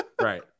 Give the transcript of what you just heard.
right